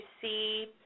see